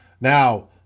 Now